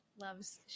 loves